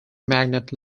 magnet